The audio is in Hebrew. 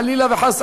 חלילה וחס,